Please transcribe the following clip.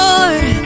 Lord